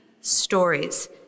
stories